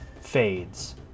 fades